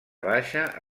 baixa